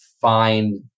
find